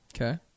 Okay